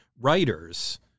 writers